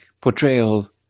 portrayal